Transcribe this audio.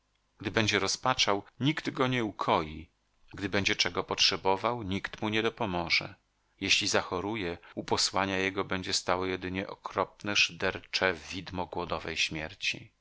będzie rozpaczał nikt go nie ukoi gdy będzie czego potrzebował nikt mu nie dopomoże jeśli zachoruje u posłania jego będzie stało jedynie okropne szydercze widmo głodowej śmierci